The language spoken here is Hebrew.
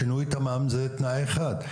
שינוי תמ"מ זה תנאי אחד,